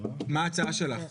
מה ההצעה שלך?